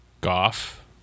Goff